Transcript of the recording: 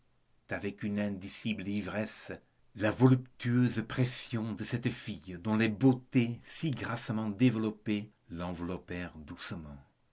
avec une indicible ivresse la voluptueuse pression de cette fille dont les beautés si grassement développées l'enveloppèrent doucement